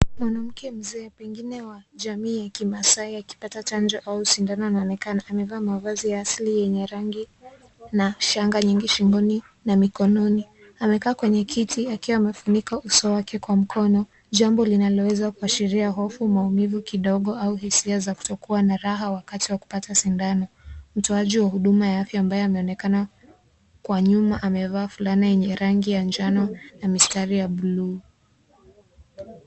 Mwanamke mzee pengine wa jamii ya Kimasai akipata chanjo au sindano na anaonekana amevaa mavazi ya asili, yenye rangi na shanga refu shingoni na mikononi, amekaa kwenye kiti akiwa amefunika uso wake kwa mkono jambo linaloweza kuashiria hofu, maumivu kidogo au hisia za kutokuwa na raha wakati wa kupata sindano, mtoaji wa huduma ya afya ambaye anaonekana kwa nyuma amevaa fulana yenye rangi ya njano na mistari ya blue .